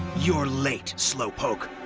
you're late, slow poke.